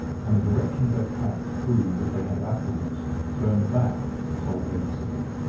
and the direction of their tracks proved that they had afterwards turned back to salt lake city.